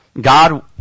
God